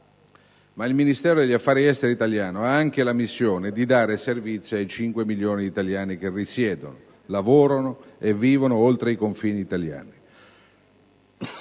Il Ministero degli affari esteri italiano, però, ha anche la missione di dare servizi ai 5 milioni di italiani che risiedono, lavorano e vivono oltre i confini italiani.